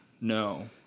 No